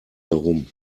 herum